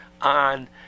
on